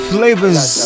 Flavors